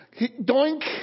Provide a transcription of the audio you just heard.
Doink